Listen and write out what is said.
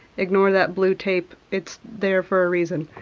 ignore that blue tape, it's there for a reason.